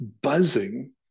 buzzing